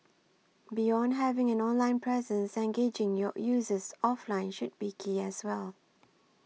beyond having an online presence engaging your users offline should be key as well